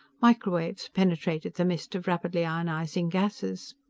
microwaves penetrated the mist of rapidly ionizing gases.